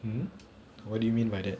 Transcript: hmm what do you mean by that